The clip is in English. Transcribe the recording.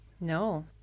No